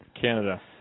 Canada